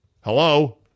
Hello